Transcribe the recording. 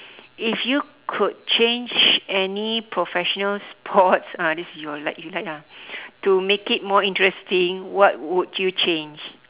if you could change any professional sports ah this your like you like ah to make it more interesting what would you change